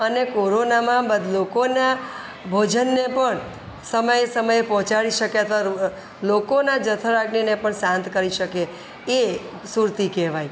અને કોરોનામાં લોકોનાં ભોજનને પણ સમયે સમયે પહોંચાડી શક્યા હતા લોકોના જઠરાગ્નિને પણ શાંત કરી શકે એ સુરતી કહેવાય